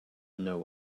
know